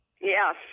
Yes